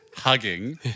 hugging